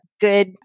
good